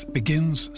begins